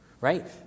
Right